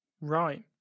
Right